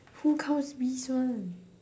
who counts bees ones